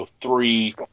three